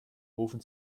rufen